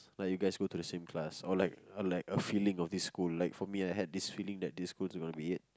like you guys go to the same class or like or like a feeling of this school like for me I had this feeling that this school is going to be it